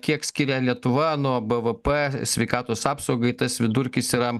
kiek skiria lietuva nuo bvp sveikatos apsaugai tas vidurkis yra